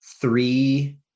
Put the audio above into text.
three